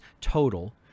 total